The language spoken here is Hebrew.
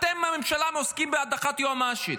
אתם בממשלה עוסקים בהדחת היועמ"שית.